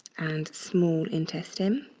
and small intestine.